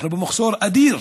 אנחנו במחסור אדיר